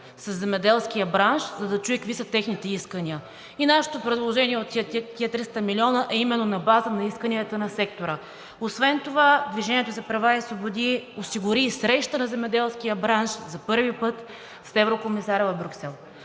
със земеделския бранш, за да чуе какви са техните искания. Нашето предложение от тези 300 милиона е именно на базата на исканията на сектора. Освен това „Движение за права и свободи“ осигури и среща на земеделския бранш за първи път с еврокомисаря в Брюксел.